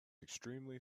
extremely